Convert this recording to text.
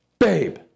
babe